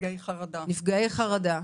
נפגעי חרדה.